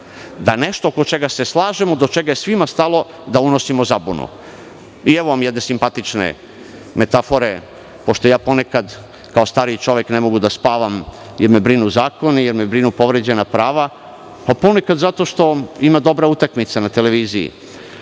da nešto oko čega se slažemo, oko čega je svima stalo, unosimo zabunu. Evo vam jedne simpatične metafore, pošto ponekad, kao stariji čovek, ne mogu da spavam, jer me brinu zakoni, jer me brinu povređena prava, ponekad ima dobra utakmica na TV.